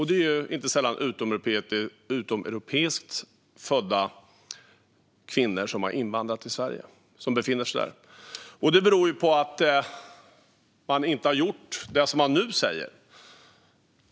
Det gäller inte sällan utomeuropeiskt födda kvinnor som har invandrat till Sverige. Detta beror på att man inte har gjort det man nu säger.